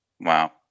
wow